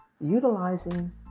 Utilizing